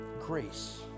grace